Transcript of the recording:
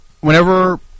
whenever